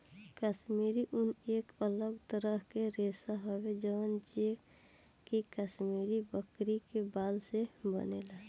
काश्मीरी ऊन एक अलग तरह के रेशा हवे जवन जे कि काश्मीरी बकरी के बाल से बनेला